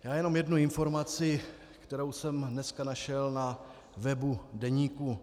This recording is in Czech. Já jenom jednu informaci, kterou jsem dnes našel na webu Deníku.